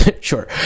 Sure